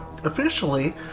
Officially